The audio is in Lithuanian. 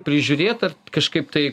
prižiūrėt ar kažkaip tai